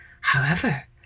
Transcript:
However